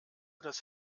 das